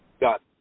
got